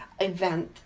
event